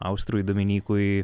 austrui dominykui